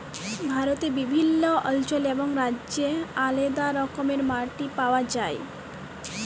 ভারতে বিভিল্ল্য অল্চলে এবং রাজ্যে আলেদা রকমের মাটি পাউয়া যায়